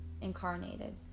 incarnated